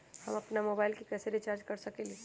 हम अपन मोबाइल कैसे रिचार्ज कर सकेली?